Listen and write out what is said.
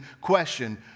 question